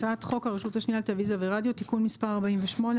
חוק הרשות השנייה לטלוויזיה ורדיו (תיקון מס' 48),